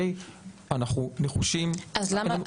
אנחנו נחושים.